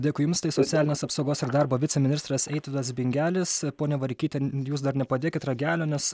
dėkui jums tai socialinės apsaugos ir darbo viceministras eitvydas bingelis ponia vareikyte jūs dar nepadėkit ragelio nes